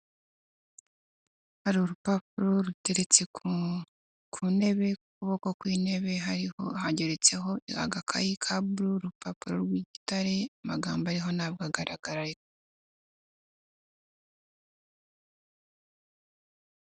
Hari urupapuro ruteretse ku ntebe, ku kuboko kw'intebe hariho hageretseho agakayi ka buru, urupapuro rw'igitare, amagambo ariho ntabwo agaragara.